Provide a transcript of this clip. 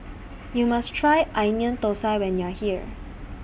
YOU must Try Onion Thosai when YOU Are here